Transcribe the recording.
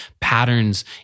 patterns